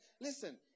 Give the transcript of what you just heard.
Listen